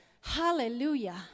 Hallelujah